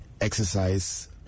exercise